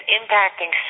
impacting